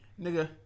Nigga